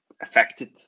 affected